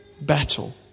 battle